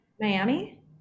Miami